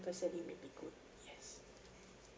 person it may be good yes